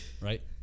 right